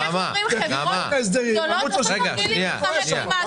אנחנו אומרים: חברות גדולות עושות תרגילים להתחמק ממס.